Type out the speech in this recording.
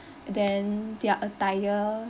then their attire